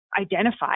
identified